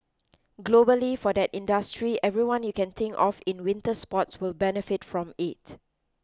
globally for that industry everyone you can think of in winter sports will benefit from it